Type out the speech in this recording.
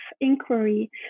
inquiry